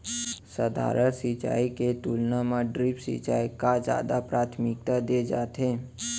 सधारन सिंचाई के तुलना मा ड्रिप सिंचाई का जादा प्राथमिकता दे जाथे